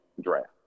draft